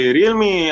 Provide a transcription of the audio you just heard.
Realme